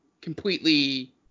completely